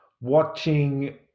watching